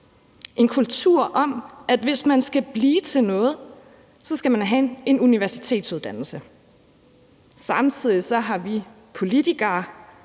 en kultur om, at hvis man skal blive til noget, skal man have en universitetsuddannelse. Samtidig har vi politikere